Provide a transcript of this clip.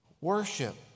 worship